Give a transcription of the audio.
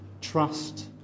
trust